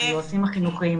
היועצים החינוכיים,